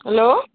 hello